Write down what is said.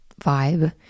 vibe